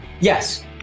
Yes